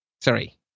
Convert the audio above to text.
Sorry